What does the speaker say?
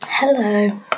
Hello